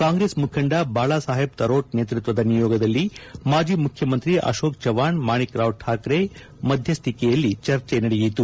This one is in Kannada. ಕಾಂಗ್ರೆಸ್ ಮುಖಂಡ ಬಾಳಾಸಾಹೇಬ್ ತರೋಟ್ ನೇತ್ವತ್ವದ ನಿಯೋಗದಲ್ಲಿ ಮಾಜಿ ಮುಖ್ಯಮಂತ್ರಿ ಅಶೋಕ್ ಚೌವ್ಹಾಣ್ ಮಾಣಿಕ್ರಾವ್ ಠಾಕ್ರೆ ಮಧ್ಯಸ್ಟಿಕೆಯಲ್ಲಿ ಚರ್ಚೆ ನಡೆಯಿತು